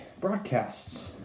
broadcasts